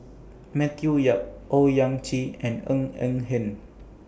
Matthew Yap Owyang Chi and Ng Eng Hen